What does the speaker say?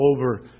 over